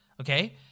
Okay